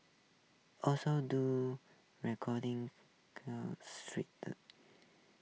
also do recording street that